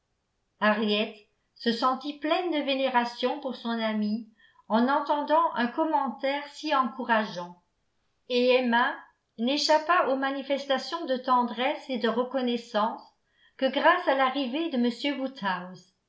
henriette se sentit pleine de vénération pour son amie en entendant un commentaire si encourageant et emma n'échappa aux manifestations de tendresse et de reconnaissance que grâce à l'arrivée de